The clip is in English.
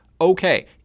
Okay